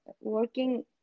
working